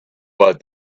but